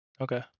Okay